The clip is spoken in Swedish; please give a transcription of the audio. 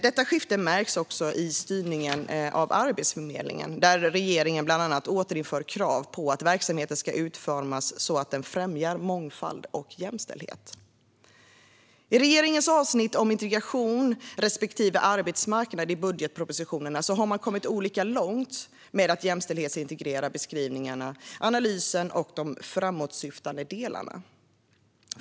Detta skifte märks också i styrningen av Arbetsförmedlingen, där regeringen bland annat återinför krav på att verksamheten ska utformas så att den främjar mångfald och jämställdhet. I regeringens avsnitt om integration respektive arbetsmarknad i budgetpropositionerna har man kommit olika långt med att jämställdhetsintegrera beskrivningarna, analysen och de framåtsyftande delarna.